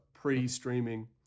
pre-streaming